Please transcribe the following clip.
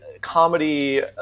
comedy